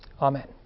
Amen